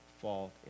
fault